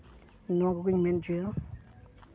ᱱᱚᱣᱟ ᱠᱚᱜᱮᱧ ᱢᱮᱱ ᱦᱚᱪᱚᱭᱟ